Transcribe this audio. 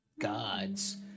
gods